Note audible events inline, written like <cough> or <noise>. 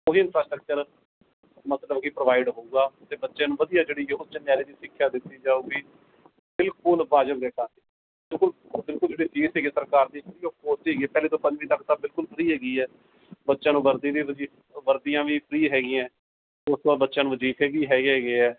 ਉਹ ਵੀ ਇੰਨਫਰਾਸਟੱਕਚਰ ਮਤਲਵ ਕਿ ਪ੍ਰੋਵਾਈਡ ਹੋਵੇਗਾ ਅਤੇ ਬੱਚੇ ਨੂੰ ਵਧੀਆ ਜਿਹੜੀ ਕਿ ਉੱਚ ਨਿਆਲਿਆਂ ਦੀ ਸਿੱਖਿਆ ਦਿੱਤੀ ਜਾਵੇਗੀ ਬਿਲਕੁਲ ਵਾਜਵ ਰੇਟਾਂ 'ਤੇ ਬਿਲਕੁਲ <unintelligible> ਸਰਕਾਰ ਦੀ ਫ੍ਰੀ ਔਫ ਕੋਸਟ ਹੈਗੀ ਹੈ ਪਹਿਲੀ ਤੋਂ ਪੰਜਵੀਂ ਤੱਕ ਤਾਂ ਬਿਲਕੁਲ ਫ੍ਰੀ ਹੈਗੀ ਹੈ ਬੱਚਿਆਂ ਨੂੰ ਵਰਦੀ ਦੀ ਵਜ਼ੀ ਵਰਦੀਆਂ ਵੀ ਫ੍ਰੀ ਹੈਗੀਆਂ ਉਸ ਤੋਂ ਬਾਅਦ ਬੱਚਿਆਂ ਨੂੰ ਵਜ਼ੀਫੇ ਵੀ ਹੈਗੇ ਐਗੇ ਹੈ